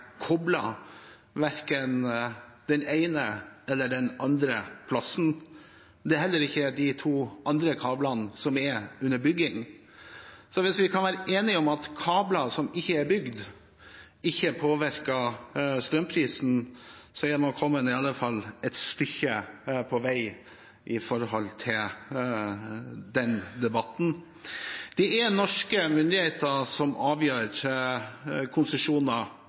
verken den ene eller den andre plassen. Det er heller ikke de to andre kablene som er under bygging. Så hvis vi kan være enige om at kabler som ikke er bygd, ikke påvirker strømprisen, er man i hvert fall kommet et stykke på vei når det gjelder den debatten. Det er norske myndigheter som avgjør konsesjoner